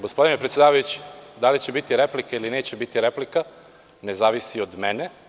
Gospodine predsedavajući, da li će biti replike ili neće biti replike ne zavisi od mene.